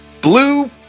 Blue